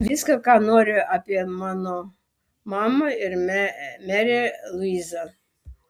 viską ką nori apie mano mamą ir merę luizą